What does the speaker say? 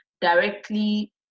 directly